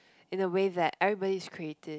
in a way that everybody is creative